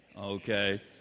okay